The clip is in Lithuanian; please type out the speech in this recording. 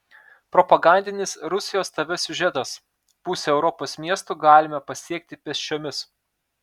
propagandinis rusijos tv siužetas pusę europos miestų galime pasiekti pėsčiomis